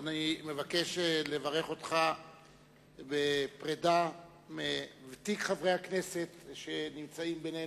אני מבקש לברך אותך בפרידה מוותיק חברי הכנסת שנמצאים בינינו,